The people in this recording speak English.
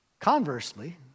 Conversely